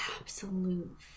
absolute